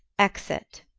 exit